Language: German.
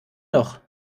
noch